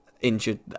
injured